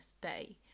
day